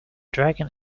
dragon